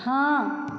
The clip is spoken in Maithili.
हँ